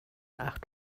acht